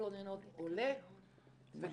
המתלוננות עולה וכמות